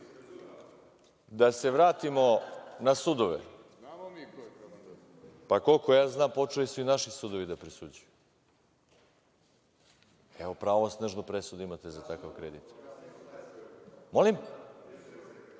da se vratimo na sudove, pa koliko ja znam počeli su i naši sudovi da presuđuju. Evo pravosnažno presudu imate za takav kredit. Molim?